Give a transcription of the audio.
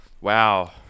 wow